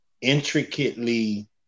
intricately